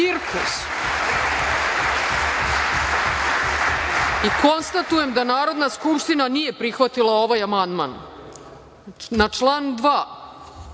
cirkus. Konstatujem da Narodna skupština nije prihvatila ovaj amandman. Na član 2.